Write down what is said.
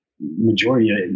majority